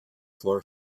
floor